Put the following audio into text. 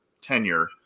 tenure